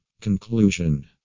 Conclusion